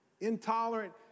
intolerant